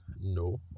no